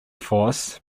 force